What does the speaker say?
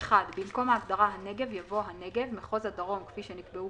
(1)במקום ההגדרה "הנגב" יבוא: ""הנגב" מחוז הדרום כפי שנקבעו